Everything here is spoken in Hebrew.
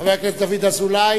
חבר הכנסת דוד אזולאי.